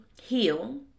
heal